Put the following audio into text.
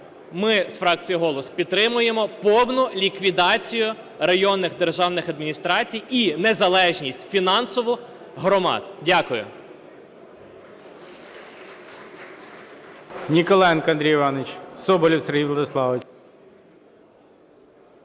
Ми з фракцією "Голос" підтримуємо повну ліквідацію районних державних адміністрацій і незалежність фінансову громад. Дякую.